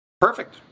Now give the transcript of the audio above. Perfect